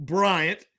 Bryant